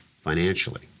financially